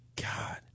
God